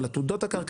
על עתודות הקרקע,